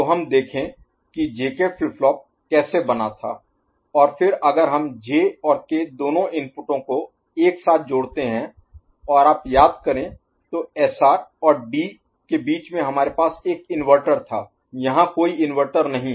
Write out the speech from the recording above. तो हम देखें कि JK फ्लिप फ्लॉप कैसे बना था और फिर अगर हम J और K दोनों इनपुटों को एक साथ जोड़ते हैं और आप याद करें तो एसआर और डी के बीच में हमारे पास एक इन्वर्टर था यहाँ कोई इन्वर्टर नहीं है